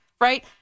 right